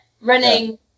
running